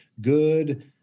good